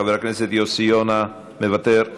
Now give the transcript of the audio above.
חבר הכנסת יוסי יונה, מוותר?